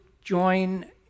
join